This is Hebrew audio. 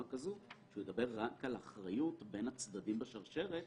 כזו שהוא ידבר רק על אחריות בין הצדדים בשרשרת,